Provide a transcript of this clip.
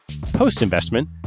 Post-investment